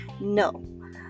no